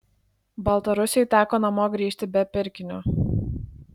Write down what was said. baltarusiui teko namo grįžti be pirkinio